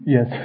Yes